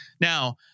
Now